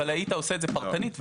אבל היית עושה את זה פרטנית,